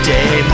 Day